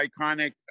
iconic